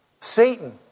Satan